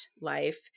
life